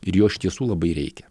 ir jo iš tiesų labai reikia